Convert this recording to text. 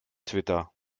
twitter